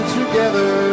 together